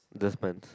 just pants